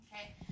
Okay